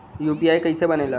UPI कईसे बनेला?